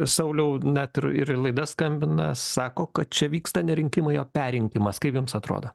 sauliau net ir ir į laidas skambina sako kad čia vyksta ne rinkimai o perrinkimas kaip jums atrodo